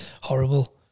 horrible